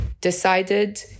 decided